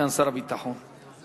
אדוני